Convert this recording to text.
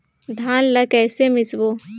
धान ला कइसे मिसबो?